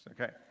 Okay